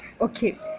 okay